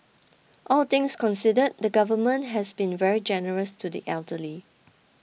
all things considered the government has been very generous to the elderly